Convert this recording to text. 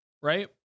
right